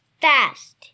fast